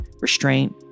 restraint